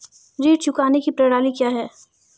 ऋण चुकाने की प्रणाली क्या है?